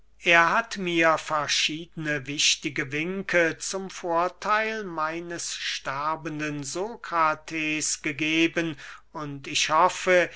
er hat mir verschiedene wichtige winke zum vortheil meines sterbenden sokrates gegeben und ich hoffe